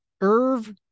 irv